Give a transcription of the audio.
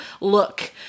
look